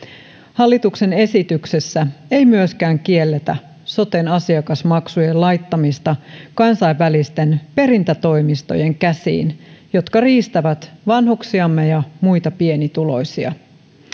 hallituksen esityksessä ei myöskään kielletä soten asiakasmaksujen laittamista kansainvälisten perintätoimistojen käsiin jotka riistävät vanhuksiamme ja muita pienituloisia